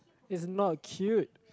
it is not cute